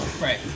Right